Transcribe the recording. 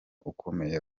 ukomeye